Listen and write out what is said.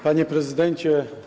Panie Prezydencie!